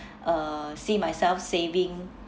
uh see myself saving